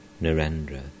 Narendra